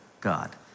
God